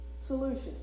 solution